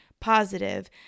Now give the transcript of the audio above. positive